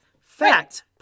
Fact